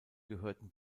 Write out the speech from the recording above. gehören